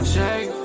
Shake